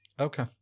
Okay